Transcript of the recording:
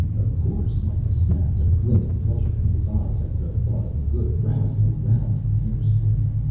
of course, mikah snapped, a glint of pleasure in his eyes at the thought of a good rousing round of hair-splitting.